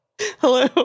Hello